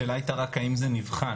השאלה הייתה רק האם זה נבחן,